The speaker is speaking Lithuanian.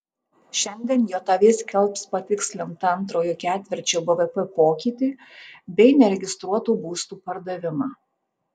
šiandien jav skelbs patikslintą antrojo ketvirčio bvp pokytį bei neregistruotų būstų pardavimą